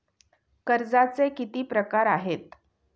कर्जाचे किती प्रकार आहेत?